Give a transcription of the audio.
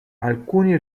alcuni